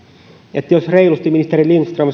että jos reilusti ministeri lindström